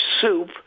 soup